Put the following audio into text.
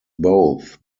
both